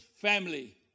family